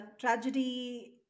tragedy